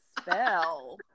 spell